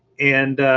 and,